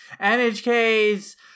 NHK's